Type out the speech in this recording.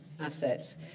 assets